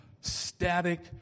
static